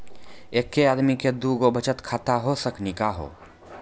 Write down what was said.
एके आदमी के दू गो बचत खाता हो सकनी का हो?